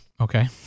Okay